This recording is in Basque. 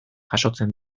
jasotzen